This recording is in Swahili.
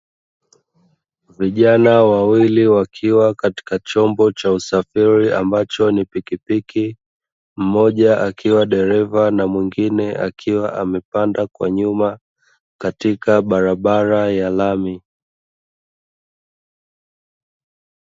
Vijana wawili, wakiwa katika chombo cha usafiri ambacho ni pikipiki. Mmoja akiwa dereva na mwingine akiwa amepanda kwa nyuma katika barabara ya lami.